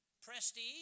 prestige